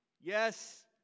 Yes